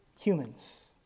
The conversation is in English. humans